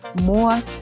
more